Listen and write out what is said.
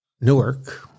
Newark